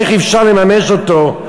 איך אפשר לממש אותו?